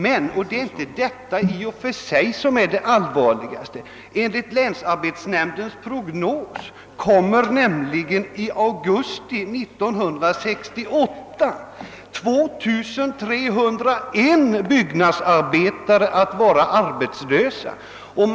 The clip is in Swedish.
Men det är inte i och för sig detta som är det allvarligaste. Enligt länsarbetsnämndens prognos kommer nämligen 2301 byggnadsarbetare att vara arbetslösa i augusti 1968.